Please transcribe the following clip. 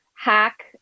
hack